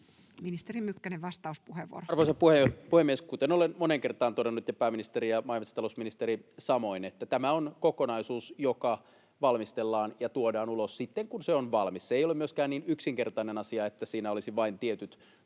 Ministeri Mykkänen, vastauspuheenvuoro. Arvoisa puhemies! Kuten olen moneen kertaan todennut, ja pääministeri ja maa- ja metsätalousministeri samoin, tämä on kokonaisuus, joka valmistellaan ja tuodaan ulos sitten, kun se on valmis. Tämä koko vanhojen metsien päätös ei ole myöskään niin yksinkertainen asia, että siinä olisi vain tietyt